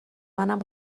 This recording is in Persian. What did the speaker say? منم